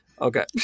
Okay